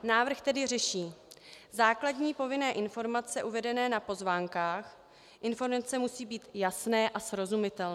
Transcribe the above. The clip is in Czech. Návrh tedy řeší základní povinné informace uvedené na pozvánkách, informace musí být jasné a srozumitelné.